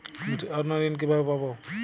আমি স্বর্ণঋণ কিভাবে পাবো?